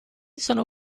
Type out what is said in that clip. sono